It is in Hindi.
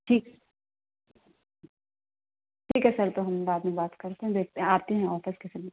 ठीक ठीक है सर तो हम बाद में बात करते हैं देखते हैं आते हैं ऑफिस किसी दिन